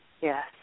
Yes